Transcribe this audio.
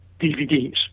DVDs